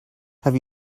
have